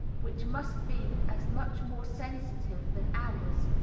which must be as much more sensitive than ours,